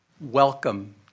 Welcome